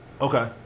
Okay